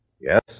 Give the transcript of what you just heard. Yes